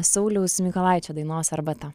sauliaus mykolaičio dainos arbata